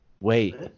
wait